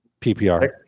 PPR